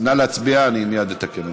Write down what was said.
מניעת פגיעה בערכים טבעיים מוגנים),